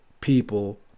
people